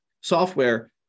software